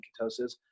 ketosis